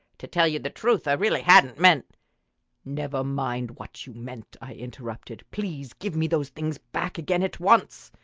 to tell you the truth, i really hadn't meant never mind what you meant! i interrupted. please give me those things back again at once!